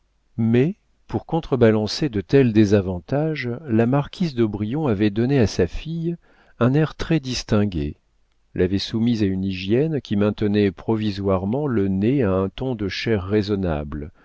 mais pour contre-balancer de tels désavantages la marquise d'aubrion avait donné à sa fille un air très-distingué l'avait soumise à une hygiène qui maintenait provisoirement le nez à un ton de chair raisonnable